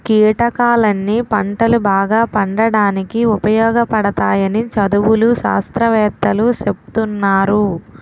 కీటకాలన్నీ పంటలు బాగా పండడానికి ఉపయోగపడతాయని చదువులు, శాస్త్రవేత్తలూ సెప్తున్నారు